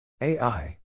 AI